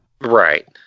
Right